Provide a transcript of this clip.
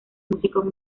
músicos